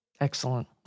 Excellent